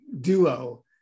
duo